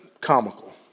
comical